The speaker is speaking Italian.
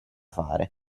fare